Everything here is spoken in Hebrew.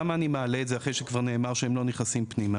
למה אני מעלה את זה אחרי שכבר נאמר שהם לא נכנסים פנימה?